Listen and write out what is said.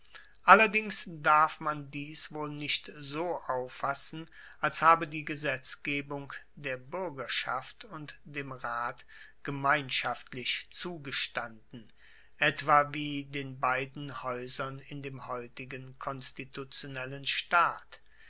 allerdings darf man dies wohl nicht so auffassen als habe die gesetzgebung der buergerschaft und dem rat gemeinschaftlich zugestanden etwa wie den beiden haeusern in dem heutigen konstitutionellen staat